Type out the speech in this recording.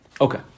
Okay